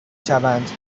شوند